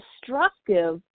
destructive